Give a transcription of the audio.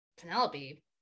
Penelope